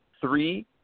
three